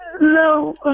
No